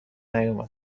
نیومد